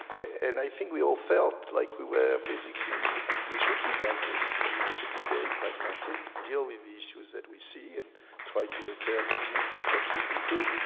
and i think we all felt like we were basically, we should be dentists, i mean we should be very pragmatic, deal with the issues that we see, and try to repair the teeth as best as we could.